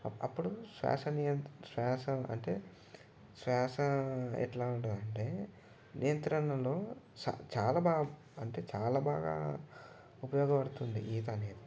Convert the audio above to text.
అప్పుడు శ్వాస నియం శ్వాస అంటే శ్వాస ఎట్లా ఉంటుంది అంటే నియంత్రణలో చాలా బాగా అంటే చాలా బాగా ఉపయోగపడుతుంది ఈత అనేది